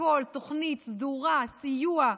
הכול: תוכנית סדורה, סיוע,